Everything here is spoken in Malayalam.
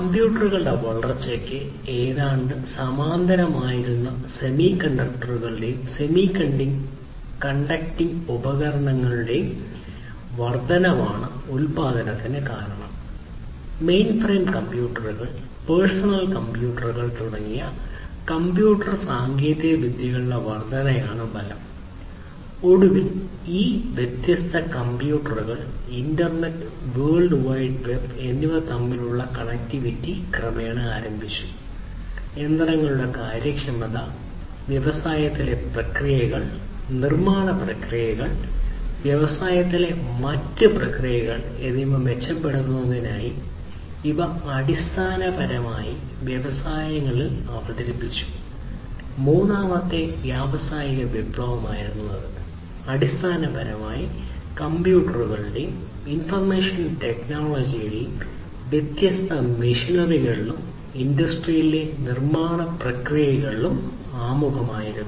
കമ്പ്യൂട്ടറുകളുടെ വളർച്ചയ്ക്ക് ഏതാണ്ട് സമാന്തരമായിരുന്ന സെമികണ്ടക്ടറുകളുടെയും സെമികണ്ടക്റിങ് വ്യത്യസ്ത മെഷിനറികളിലും ഇൻഡസ്ട്രിയിലെ നിർമ്മാണ പ്രക്രിയകളിലും ആമുഖമായിരുന്നു